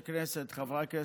18 והוראת שעה),